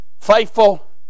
faithful